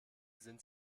sind